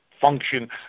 function